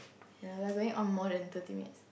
ya we are going on more than thirty minutes